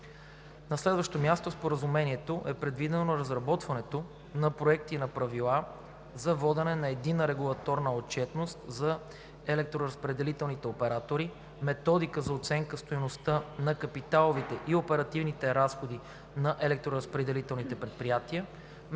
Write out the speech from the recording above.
На следващо място в Споразумението е предвидено разработването на проекти на правила за водене на единна регулаторна отчетност за електроразпределителните оператори, методика за оценка стойността на капиталовите и оперативните разходи на електроразпределителните предприятия, методика за обвързване на регулираните приходи на електроразпределителните предприятия